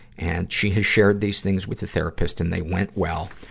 and she has shared these things with a therapist, and they went well.